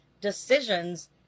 decisions